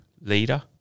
leader